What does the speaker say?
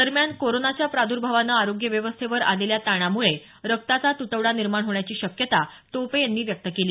दरम्यान कोरोनाच्या प्राद्भानं आरोग्य व्यवस्थेवर आलेल्या ताणामुळे रक्ताचा तुटवडा निर्माण होण्याची शक्यता टोपे यांनी व्यक्त केली